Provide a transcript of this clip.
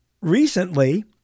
recently